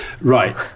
Right